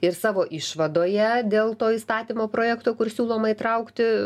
ir savo išvadoje dėl to įstatymo projekto kur siūloma įtraukti